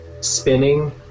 spinning